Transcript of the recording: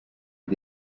nom